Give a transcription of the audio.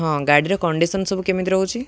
ହଁ ଗାଡ଼ିର କଣ୍ଡିସନ ସବୁ କେମତିହୁି